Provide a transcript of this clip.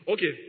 Okay